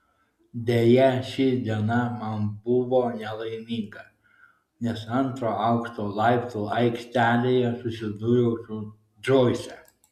deja ši diena man buvo nelaiminga nes antro aukšto laiptų aikštelėje susidūriau su džoise